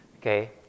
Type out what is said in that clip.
okay